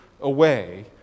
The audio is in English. away